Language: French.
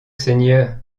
seigneur